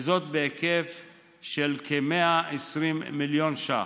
וזאת בהיקף של כ-120 מיליון ש"ח.